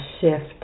shift